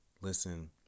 Listen